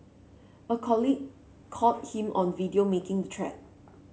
a colleague caught him on video making the threat